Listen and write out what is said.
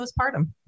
postpartum